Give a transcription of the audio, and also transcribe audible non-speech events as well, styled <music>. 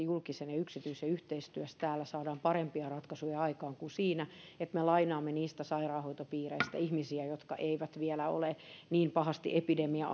<unintelligible> julkisen ja yksityisen yhteistyöllä täällä saadaan parempia ratkaisuja aikaan kuin siinä että me lainaamme tulevaisuudessa ihmisiä niistä sairaanhoitopiireistä jotka eivät vielä ole niin pahasti epidemia <unintelligible>